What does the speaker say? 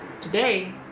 today